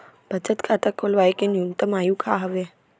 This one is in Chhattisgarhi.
बचत खाता खोलवाय के न्यूनतम आयु का हवे?